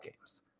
games